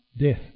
death